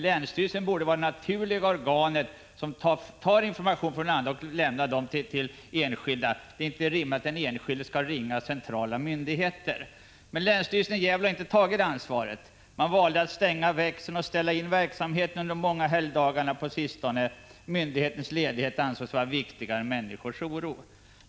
Länsstyrelsen borde dock naturligen vara det organ som samlar information från andra och lämnar den till enskilda. Det är inte rimligt att den enskilde skall ringa centrala myndigheter för att få information. Länsstyrelsen i Gävleborgs län har emellertid inte tagit detta ansvar. Den valde att stänga växeln och ställa in verksamheten de många helgdagarna på sistone; myndighetens ledighet ansågs viktigare än människors oro.